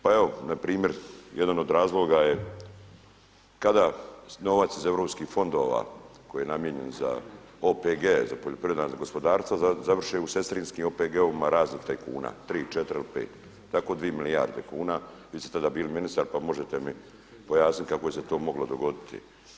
Pa evo, npr. jedan od razloga je kada novac iz europskih fondova koji je namijenjen za OPG, za poljoprivredna gospodarstva završe u sestrinskim OPG-ovima raznih tajkuna, 3, 4 ili 5 i tako 2 milijarde kuna, vi ste tada bili ministar pa možete mi pojasniti kako se je to moglo dogoditi.